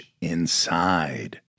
Inside